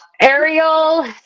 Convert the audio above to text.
Ariel